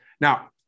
Now